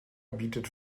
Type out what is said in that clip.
bietet